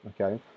okay